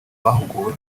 bahuguwe